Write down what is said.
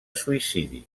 suïcidi